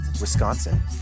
wisconsin